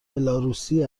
بلاروسی